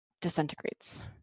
disintegrates